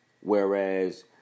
whereas